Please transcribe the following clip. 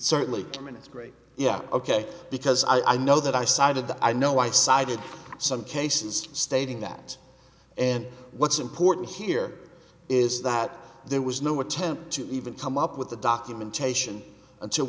certainly i mean it's great yeah ok because i know that i cited the i know i cited some cases stating that and what's important here is that there was no attempt to even come up with the documentation until